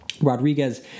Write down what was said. Rodriguez